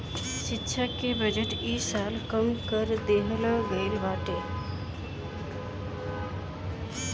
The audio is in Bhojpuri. शिक्षा के बजट इ साल कम कर देहल गईल बाटे